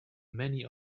many